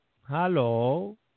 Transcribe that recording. Hello